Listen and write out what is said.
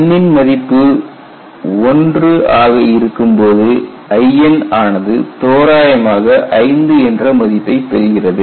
n ன் மதிப்பு 1 ஆக இருக்கும்போது In ஆனது தோராயமாக 5 என்ற மதிப்பைப் பெறுகிறது